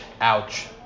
Ouch